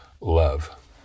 love